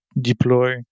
deploy